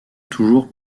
toujours